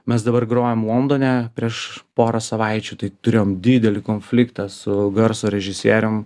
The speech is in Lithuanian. mes dabar grojom londone prieš pora savaičių tai turėjom didelį konfliktą su garso režisierium